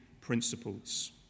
principles